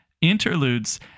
interludes